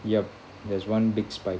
yup there's one big spike